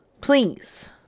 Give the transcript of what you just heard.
Please